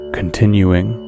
Continuing